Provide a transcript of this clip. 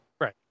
Right